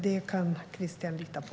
Det kan Christian lita på.